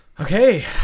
Okay